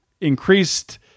increased